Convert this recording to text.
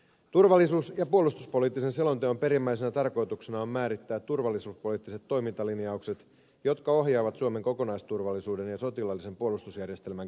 turvallisuus ja puolustuspoliittisen selonteon perimmäisenä tarkoituksena on määrittää turvallisuuspoliittiset toimintalinjaukset jotka ohjaavat suomen kokonaisturvallisuuden ja sotilaallisen puolustusjärjestelmän kehittämistä